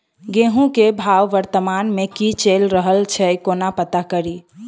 गेंहूँ केँ भाव वर्तमान मे की चैल रहल छै कोना पत्ता कड़ी?